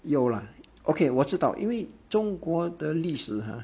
有 lah okay 我知道因为中国的历史 !huh!